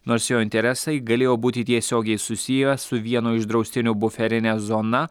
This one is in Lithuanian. nors jo interesai galėjo būti tiesiogiai susiję su vieno iš draustinio buferine zona